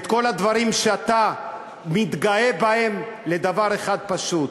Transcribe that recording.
את כל הדברים שאתה מתגאה בהם לדבר אחד פשוט: